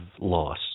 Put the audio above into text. loss